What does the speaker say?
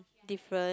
different